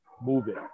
moving